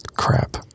crap